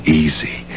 easy